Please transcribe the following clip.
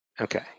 Okay